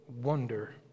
wonder